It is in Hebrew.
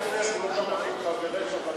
כמו כמה מחבריך,